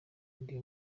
ndi